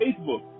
Facebook